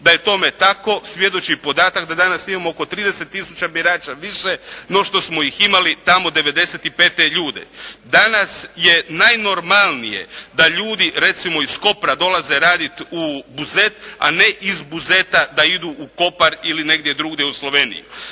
Da je tome tako, svjedoči podatak da danas imamo oko 30 tisuća birača više no što smo ih imali '95. ljude. Danas je najnormalnije da ljudi, recimo iz Kopra dolaze raditi u Buzet, a ne iz Buzeta da idu Kopar ili negdje drugdje u Sloveniju.